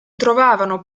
trovavano